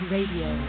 Radio